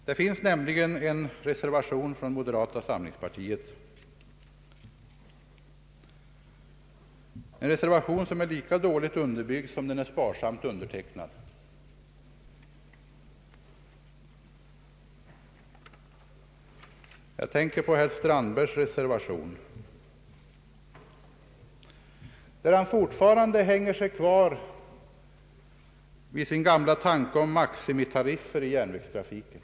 Det finns nämligen en reservation från moderata samlingspartiet, en reservation som är lika dåligt underbyggd som den är sparsamt undertecknad. Jag tänker på herr Strandbergs reservation, där han fortfarande håller fast vid sin gamla tanke på maximitariffer i järnvägstrafiken.